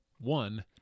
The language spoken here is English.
one